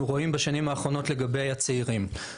רואים בשנים האחרונות לגבי צעירים.